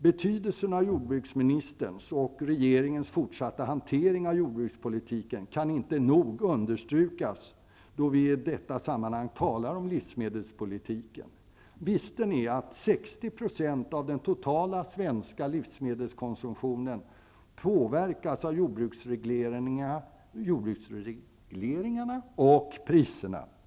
Betydelsen av jordbruksministerns och regeringens fortsatta hantering av jordbrukspolitiken kan inte nog understrykas i detta sammanhang, då vi talar om livsmedelspolitiken. Visste ni att 60 % av den totala svenska livsmedelskonsumtionen påverkas av jordbruksregleringarna och priserna?